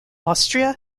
austria